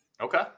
Okay